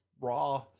raw